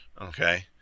Okay